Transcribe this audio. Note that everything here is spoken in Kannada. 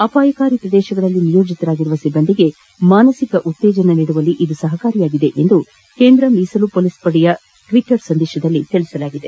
ಅಪಾಯಕಾರಿ ಪ್ರದೇಶಗಳಲ್ಲಿ ನಿಯೋಜಿತರಾಗಿರುವ ಸಿಬ್ಬಂದಿಗೆ ಮಾನಸಿಕ ಉತ್ತೇಜನ ನೀಡುವಲ್ಲಿ ಸಹಕಾರಿಯಾಗಿದೆ ಎಂದು ಕೇಂದ್ರ ಮೀಸಲು ಪೊಲೀಸ್ ಪಡೆಯ ಟ್ವೀಟ್ ಸಂದೇಶದಲ್ಲಿ ತಿಳಿಸಲಾಗಿದೆ